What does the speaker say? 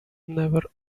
never